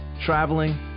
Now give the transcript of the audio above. traveling